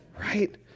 Right